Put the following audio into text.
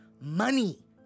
money